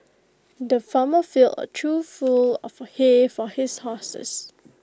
the farmer filled A trough full of hay for his horses